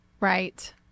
Right